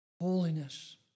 Holiness